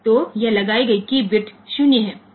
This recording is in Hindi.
तो यह लगाई गई कीय बिट 0 है